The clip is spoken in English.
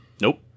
Nope